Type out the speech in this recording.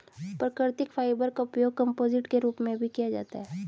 प्राकृतिक फाइबर का उपयोग कंपोजिट के रूप में भी किया जाता है